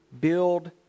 build